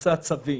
נושא הצווים.